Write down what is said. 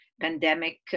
pandemic